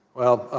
well,